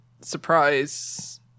surprise